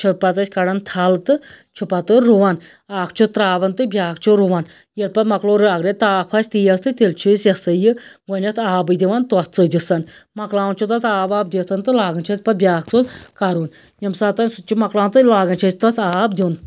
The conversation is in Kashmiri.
چھِ پَتہٕ أسۍ کَڑان تھَل تہٕ چھ پَتہٕ رُوان اکھ چھ تراوان تہٕ بیاکھ چھُ رُوان ییٚلہِ پَتہٕ مۄکلوو رَلرِتھ تاپھ آسہِ تیز تیٚلہِ چھِ أسۍ یہِ ہَسا یہِ وۄنۍ اتھ آبٕے دِوان توٚتھ ژٔجِسَن مۄکلاوان چھِ تتھ آب واب دِتھ تہٕ لاگان چھِ أسۍ پَتہٕ بیاکھ ژوٚد کَرُن ییٚمہِ ساتَن سُہ تہِ چھِ مۄکلاوان تہٕ لاگان چھِ أسۍ تتھ آب دیُن